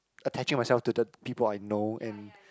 attaching myself to the people I know and